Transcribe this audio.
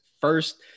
first